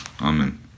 Amen